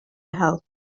help